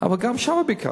אבל גם שם ביקרתי,